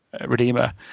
redeemer